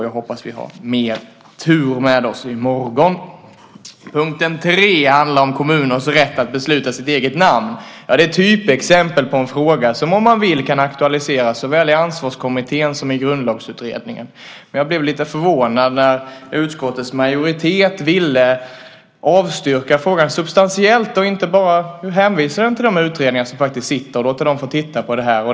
Jag hoppas vi har mer tur med oss i morgon. Punkt 3 handlar om kommuners rätt att besluta sitt eget namn. Det är ett typexempel på en fråga som, om man vill, kan aktualiseras såväl i Ansvarskommittén som i Grundlagsutredningen. Jag blev lite förvånad när utskottets majoritet ville avstyrka frågan substantiellt och inte bara hänvisa den till de utredningar som faktiskt finns och låta dem få titta på detta.